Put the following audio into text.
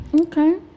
Okay